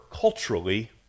culturally